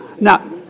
Now